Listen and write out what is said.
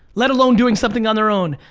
let alone doing something on their own,